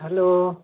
hello